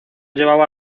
llevaba